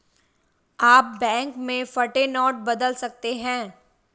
आप बैंक में फटे नोट बदल सकते हैं